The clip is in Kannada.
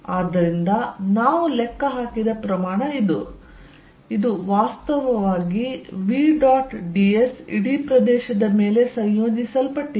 ಆದ್ದರಿಂದ ನಾವು ಲೆಕ್ಕ ಹಾಕಿದ ಪ್ರಮಾಣ ಇದು ಇದು ವಾಸ್ತವವಾಗಿ v ಡಾಟ್ ds ಇಡೀ ಪ್ರದೇಶದ ಮೇಲೆ ಸಂಯೋಜಿಸಲ್ಪಟ್ಟಿದೆ